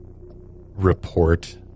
report